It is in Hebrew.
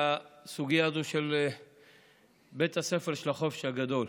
ובסוגיה הזאת של בית הספר של החופש הגדול.